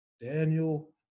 Daniel